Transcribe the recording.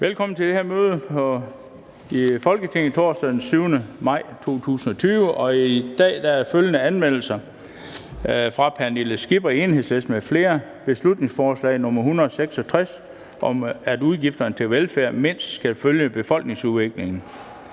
Velkommen til det her møde i Folketinget torsdag den 7. maj 2020. I dag er der følgende anmeldelser: Pernille Skipper (EL) m.fl.: Beslutningsforslag nr. B 166 (Forslag til folketingsbeslutning om at udgifterne til velfærd mindst skal følge befolkningsudviklingen).